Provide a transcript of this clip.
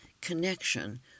connection